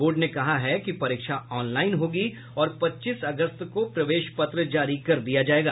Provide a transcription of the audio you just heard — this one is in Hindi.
बोर्ड ने कहा है कि परीक्षा ऑनलाईन होगी और पच्चीस अगस्त को प्रवेश पत्र जारी कर दिया जायेगा